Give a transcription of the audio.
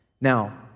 Now